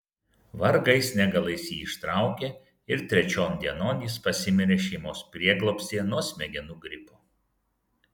vargais negalais jį ištraukė ir trečion dienon jis pasimirė šeimos prieglobstyje nuo smegenų gripo